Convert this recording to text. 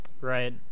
Right